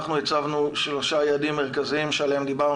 אנחנו הצבנו שלושה יעדים מרכזיים שעליהם דיברנו,